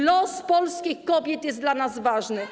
Los polskich kobiet jest dla nas ważny.